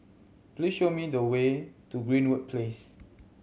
please show me the way to Greenwood Place